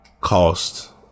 cost